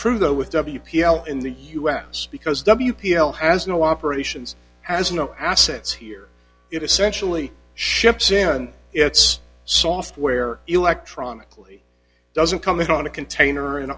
true though with w p l in the us because w p l has no operations has no assets here it essentially ships in its software electronically doesn't come in on a container and